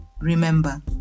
Remember